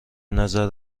نظر